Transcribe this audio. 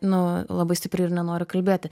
nu labai stipriai ir nenoriu kalbėti